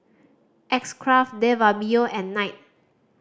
X Craft De Fabio and Night